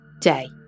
Day